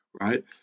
right